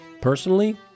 Personally